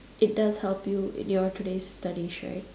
it does help you in your today's studies right